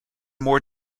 more